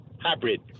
Hybrid